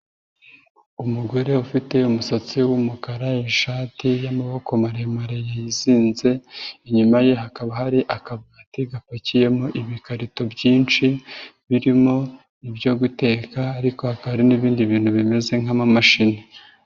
Umugore ufite umusatsi w'umukara, ishati y'amaboko maremare yizinze, inyuma ye hakaba hari akabati gapakiyemo ibikarito byinshi, birimo ibyo guteka, ariko hakaba hari n'ibindi bintu bimeze nk'amamashini.